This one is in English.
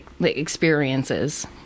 experiences